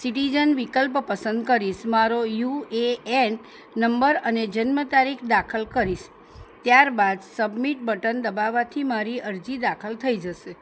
citizen વિકલ્પ પસંદ કરીશ મારો યુ એ એન નંબર અને જન્મ તારીખ દાખલ કરીશ ત્યાર બાદ સબમિટ બટન દબાવવાથી મારી અરજી દાખલ થઈ જશે